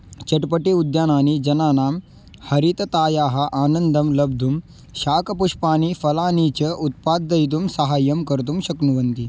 चट्पटि उद्यानानि जनानां हरिततायाः आनन्दं लब्धुं शाकपुष्पाणि फलानि च उत्पादयितुं सहायं कर्तुं शक्नुवन्ति